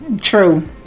True